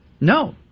No